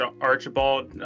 archibald